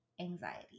anxiety